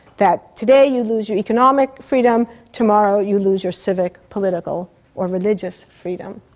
that today you lose your economic freedom, tomorrow you lose your civic, political or religious freedom.